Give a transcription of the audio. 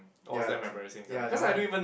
ya ya that one